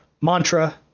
mantra